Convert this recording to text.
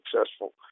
successful